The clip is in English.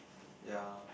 ya